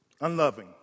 unloving